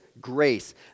grace